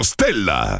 Stella